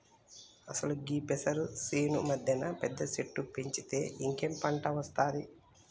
అసలు గీ పెసరు సేను మధ్యన పెద్ద సెట్టు పెంచితే ఇంకేం పంట ఒస్తాది